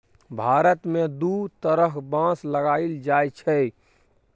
भारत मे दु तरहक बाँस लगाएल जाइ छै